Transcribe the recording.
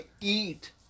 eat